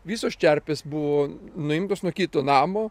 visos čerpės buvo nuimtos nuo kito namo